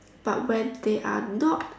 but when they are not